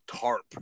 tarp